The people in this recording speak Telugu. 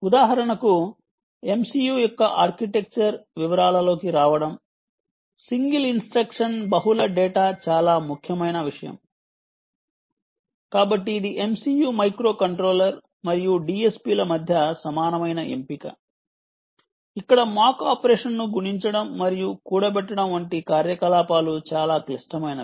ఉదాహరణకు MCU యొక్క ఆర్కిటెక్చర్ వివరాలలోకి రావడం సింగిల్ ఇన్స్ట్రక్షన్ బహుళ డేటా చాలా ముఖ్యమైన విషయం కాబట్టి ఇది MCU మైక్రోకంట్రోలర్ మరియు DSP ల మధ్య సమానమైన ఎంపిక ఇక్కడ మాక్ ఆపరేషన్ను గుణించడం మరియు కూడబెట్టడం వంటి కార్యకలాపాలు చాలా క్లిష్టమైనవి